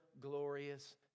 glorious